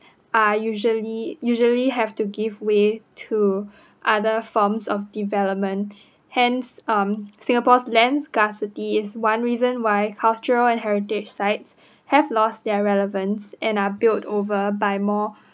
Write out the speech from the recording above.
are usually usually have to give way to other forms of developments hence um singapore's land scarcity is one reason why cultural and heritage site have lost their relevance and are built over by more